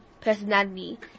personality